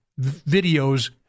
videos